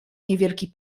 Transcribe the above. niewielki